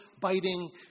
biting